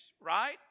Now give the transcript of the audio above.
right